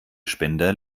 spender